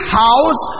house